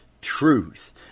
truth